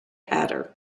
hatter